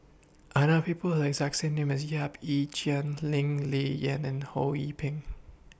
I know People The exact same name as Yap Ee Chian Lee Ling Yen and Ho Yee Ping